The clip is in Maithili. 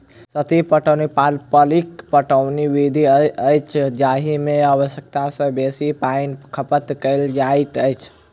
सतही पटौनी पारंपरिक पटौनी विधि अछि जाहि मे आवश्यकता सॅ बेसी पाइनक खपत कयल जाइत अछि